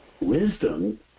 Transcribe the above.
wisdom